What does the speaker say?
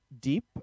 deep